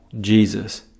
Jesus